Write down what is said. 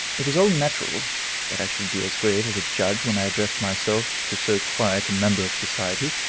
it was all natural that i should be as grave as a judge when i addressed myself to so quiet a member of society.